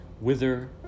wither